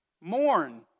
mourn